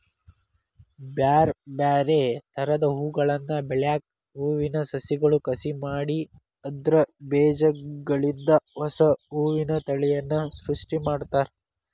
ಬ್ಯಾರ್ಬ್ಯಾರೇ ತರದ ಹೂಗಳನ್ನ ಬೆಳ್ಯಾಕ ಹೂವಿನ ಸಸಿಗಳ ಕಸಿ ಮಾಡಿ ಅದ್ರ ಬೇಜಗಳಿಂದ ಹೊಸಾ ಹೂವಿನ ತಳಿಯನ್ನ ಸೃಷ್ಟಿ ಮಾಡ್ತಾರ